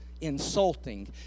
insulting